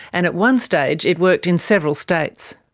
and at one stage it worked in several states.